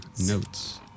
notes